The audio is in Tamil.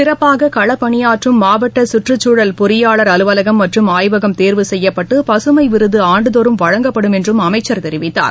சிறப்பாக களப்பணியாற்றும் மாவட்ட சுற்றுச்சூழல் பொறியாளர் அலுவலகம் மற்றும் ஆய்வகம் தேர்வு செய்யப்பட்டு பசுமை விருது ஆண்டுதோறும் வழங்கப்படும் என்றும் அமைச்சர் தெரிவித்தார்